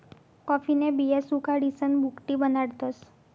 कॉफीन्या बिया सुखाडीसन भुकटी बनाडतस